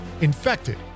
Infected